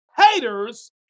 haters